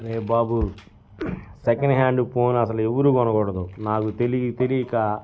hey బాబు second hand phone అసలు ఎవరూ కొనకూడదు నాకు తెలియక